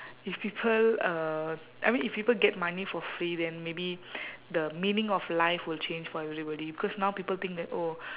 if people uh I mean if people get money for free then maybe the meaning of life will change for everybody because now people think that oh